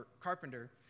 Carpenter